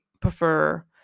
prefer